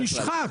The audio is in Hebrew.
הוא נשחק.